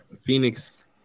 Phoenix –